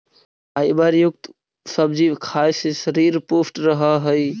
fibre युक्त सब्जी खाए से शरीर पुष्ट रहऽ हइ